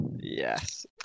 Yes